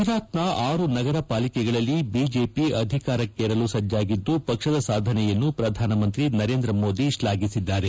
ಗುಜರಾತ್ನ ಆರು ನಗರ ಪಾಲಿಕೆಗಳಲ್ಲಿ ಬಿಜೆಪಿ ಅಧಿಕಾರಕ್ಷೇರಲು ಸಜ್ಞಾಗಿದ್ದು ಪಕ್ಷದ ಸಾಧನೆಯನ್ನು ಪ್ರಧಾನ ಮಂತ್ರಿ ನರೇಂದ್ರ ಮೋದಿ ಶ್ಲಾಘಿಸಿದ್ದಾರೆ